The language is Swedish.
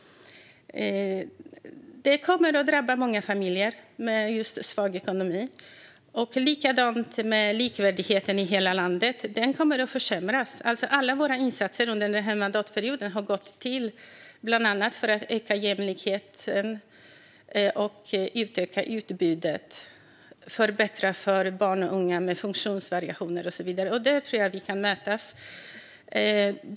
Detta kommer att drabba många familjer med svag ekonomi. Det är likadant med likvärdigheten i hela landet. Den kommer att försämras. Alla våra insatser under mandatperioden har varit avsedda att bland annat öka jämlikheten, utöka utbudet, förbättra för barn och unga med funktionsvariationer och så vidare. Där tror jag att vi kan mötas.